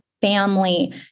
family